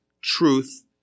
truth